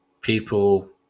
people